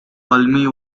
hulme